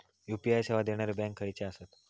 UPI सेवा देणारे bank खयचे आसत?